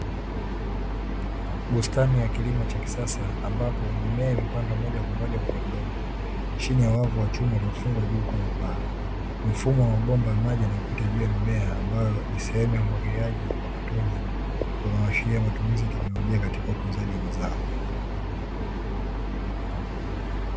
Bustani ya kilimo cha kisasa ambapo mimea imepandwa moja kwa moja kwenye udongo, chini ya wavu wa chuma uliofungwa juu kwenye paa. Mfumo wa mabomba ya maji yanayopita juu ya mimea ambayo ni sehemu ya umwagiliaji wa matone, unaoashiria matumizi ya teknolojia katika utunzaji wa mazao.